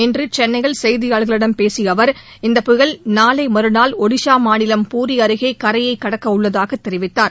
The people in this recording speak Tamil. இன்று சென்னையில் செய்தியாளர்களிடம் பேசிய அவர் இந்த புயல் நாளை மறுநாள் ஒடிஷா மாநிலம் பூரி அருகே கரையை கடக்க உள்ளதாக தெரிவித்தார்